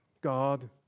God